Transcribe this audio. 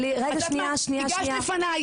את יודעת מה, הגשת לפניי.